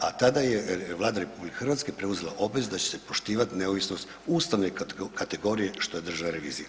a ta je Vlada RH preuzela obvezu da će se poštivati neovisnost ustavne kategorije što je Državna revizija.